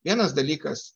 vienas dalykas